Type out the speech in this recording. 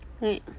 wait